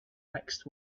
next